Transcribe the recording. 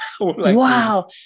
wow